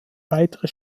weitere